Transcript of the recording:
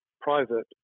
private